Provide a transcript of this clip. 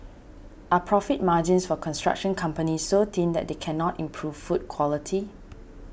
are profit margins for construction companies so thin that they cannot improve food quality